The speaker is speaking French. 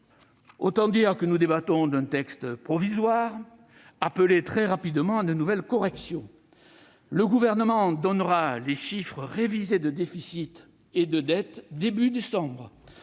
Autant dire que nous débattons d'un texte provisoire, appelé, très rapidement, à de nouvelles corrections. Le Gouvernement donnera les chiffres révisés de déficit et de dette au début